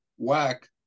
whack